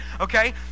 okay